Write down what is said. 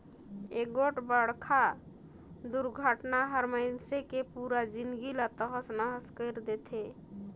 एगोठ बड़खा दुरघटना हर मइनसे के पुरा जिनगी ला तहस नहस कइर देथे